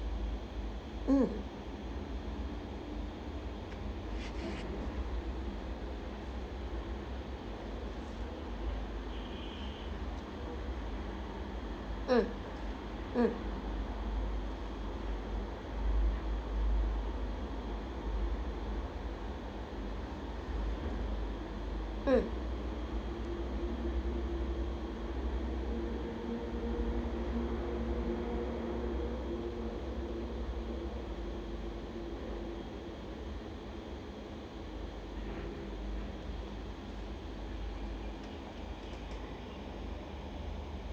mm mm mm mm